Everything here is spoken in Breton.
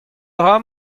dra